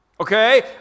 Okay